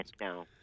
No